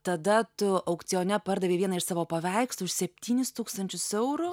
tada tu aukcione pardavei vieną iš savo paveikslų už septynis tūkstančius eurų